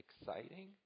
exciting